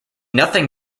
nothing